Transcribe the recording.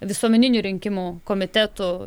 visuomeninių rinkimų komitetu